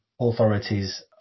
authorities